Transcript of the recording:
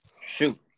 Shoot